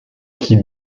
qui